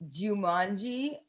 Jumanji